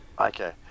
Okay